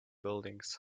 buildings